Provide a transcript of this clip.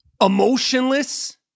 emotionless